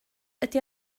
ydy